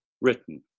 written